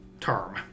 term